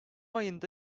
ayında